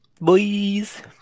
Boys